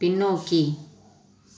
பின்னோக்கி